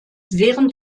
während